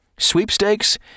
Sweepstakes